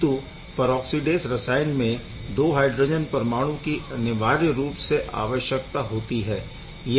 किंतु परऑक्सीडेस रसायन में 2 हायड्रोजन परमाणु की अनिवार्य रूप से आवश्यक होती है